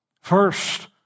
First